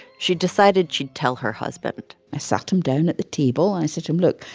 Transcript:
she decided she'd tell her husband i sat him down at the table. and i said to him, look.